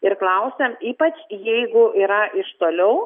ir klausiam ypač jeigu yra iš toliau